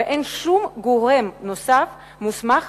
אין שום גורם נוסף מוסמך